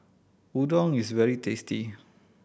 udon is very tasty